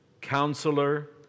counselor